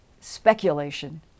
speculation